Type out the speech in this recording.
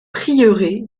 prieuré